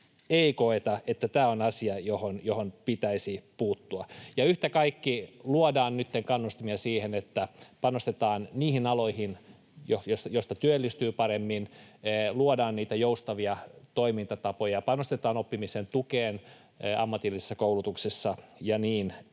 ei koeta, että tämä on asia, johon pitäisi puuttua. Ja yhtä kaikki luodaan nytten kannustimia siihen, että panostetaan niihin aloihin, joilta työllistyy paremmin, luodaan niitä joustavia toimintatapoja, panostetaan oppimisen tukeen ammatillisessa koulutuksessa, ja niin edelleen.